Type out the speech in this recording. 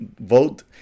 vote